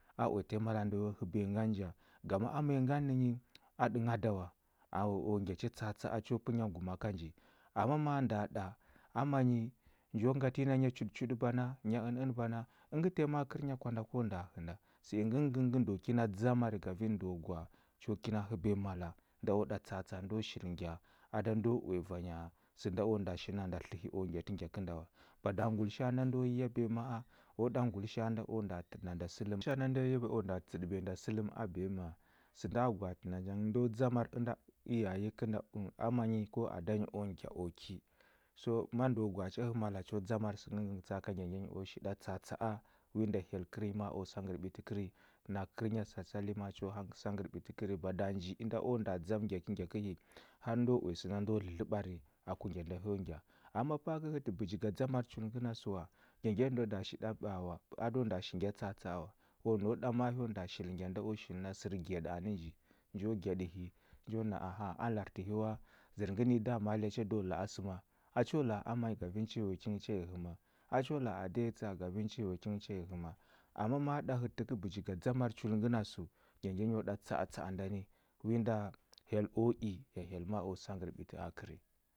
A uyatə ya mala nda yo həbiya ngan ja. Ngama ama nyi ngan nənyi, a ɗəngha da wa. O ngya cha tsa atsa a cho pu nyaguma ka nji. Amma ma nda ɗa, ama nyi njo ngatə yi na nya chuɗəchuɗə bana, nya ən ən bana, əngə tanyi ma a kərnya kwa da ko nda hə nda. Sə ingə gəngə ngə ndo kina dzamar kafin ndo gwa cho kina həbiya mala nda o ɗa tsa atsa a ndo shil ngya a ndo uya vanya sənda o nda shil nanda tləhi o ngyatə ngya kənda wa. Bada ngulisha a nda ndo yabiya ma a o ɗa ngulisha a na o nda təɗə na nda sələm o nda təɗəbiya nda sələm a biyama. Sənda gwaatə nacha ndo dzamar ənda iyayi ə ama nyi ko ada nyi ko ngya o ki. So ma ndəu gwa a cha hə mala cho dzamar sə ngəngə ngə tsa aka ngya ngya nyi o shi ɗa tsa atsa a, wi nda hyel kɛrnyi ma a o sakər ɓiki kəri. Nakə kərnya sal sal nyi ma a ha sakər ɓiti təkəri, bada nji inda o nda dzam ngyatə ngya kəhi har ndo uya sənda ndo dlədləɓari aku ngya nda hyo ngya. Am ma pa kə hətə bəji ga dzamar chul ngəna sə wa, ngya ngya nyi do nda shi ɗa ɓa wa, a do nda shi ngya tsa atsa a wa, o nau ɗa ma a hyo nda shil ngya nda o shil na sər gyaɗə anə nji. Njo gyaɗə hi, njo na aha a la atə wa? Zər ngə nənyi dama lya cha do la a sə ma? A cho la a ama nyi gaving cha yo ki ngə cha hə ma? A cho la a ada nyi tsa gaving cha yo ki ngə cha hə ma? Amma ma ɗa hətə kə bəji ga dzamar chul ngəna səu, ngya ngya o ɗa tsa atsa a ndani, wi nda hyel o i, ya hyel ma a o sakər ɓiti a kəri.